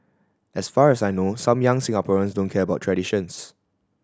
as far as I know some young Singaporeans don't care about traditions